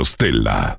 Stella